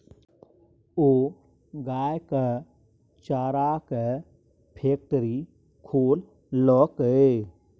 ओ गायक चाराक फैकटरी खोललकै